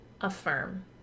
affirm